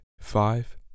Five